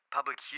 Public